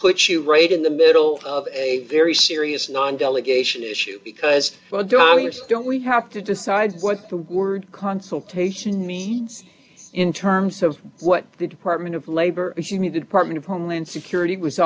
puts you right in the middle of a very serious non delegation issue because there are you don't we have to decide what the word consultation means in terms of what the department of labor if you mean the department of homeland security was